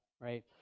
right